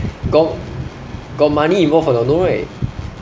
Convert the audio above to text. got got money involved or not no right